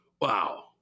Wow